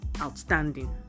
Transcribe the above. outstanding